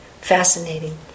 fascinating